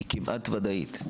היא כמעט ודאית.